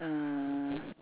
uh